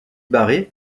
barré